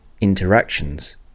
interactions